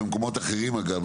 ומקומות אחרים אגב,